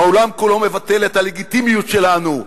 העולם כולו מבטל את הלגיטימיות שלנו,